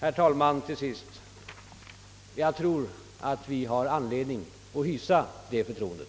Jag tror, herr talman, att vi har anledning att hysa det förtroendet.